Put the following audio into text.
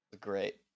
great